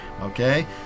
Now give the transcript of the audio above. okay